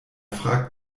fragt